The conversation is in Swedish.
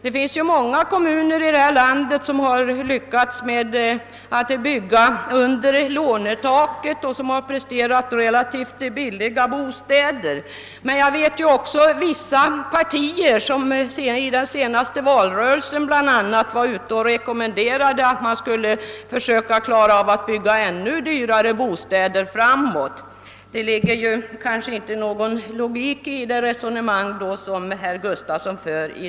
Det finns många kommuner i detta land som har lyckats med att bygga under lånetaket och som har presterat relativt billiga bostäder. Men jag vet att vissa partier, bl.a. i den senaste valrörelsen, har re kommenderat ett system som skulle medverka till byggande av ännu dyrare bostäder. Det finns därför inte någon logik i det resonemang som herr Gustavsson för.